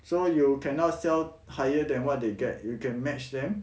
so you cannot sell higher than what they get you can match them